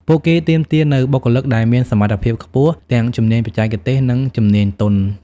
ពួកគេទាមទារនូវបុគ្គលិកដែលមានសមត្ថភាពខ្ពស់ ទាំងជំនាញបច្ចេកទេស និងជំនាញទន់។